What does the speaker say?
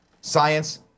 science